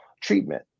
treatment